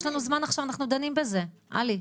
יש לנו זמן עכשיו, אנחנו דנים בזה עלי.